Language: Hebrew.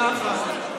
מה אכפת לך?